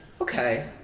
Okay